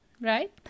right